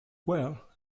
well